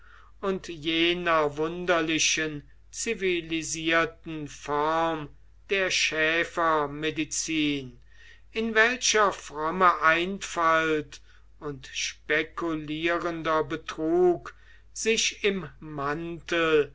und jener wunderlichen zivilisierten form der schäfermedizin in welcher fromme einfalt und spekulierender betrug sich im mantel